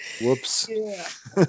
Whoops